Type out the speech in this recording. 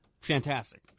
fantastic